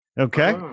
Okay